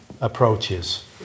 approaches